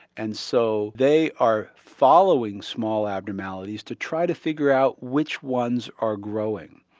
and so they are following small abnormalities to try to figure out which ones are growing.